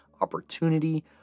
opportunity